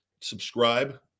subscribe